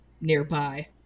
nearby